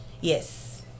Yes